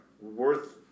worth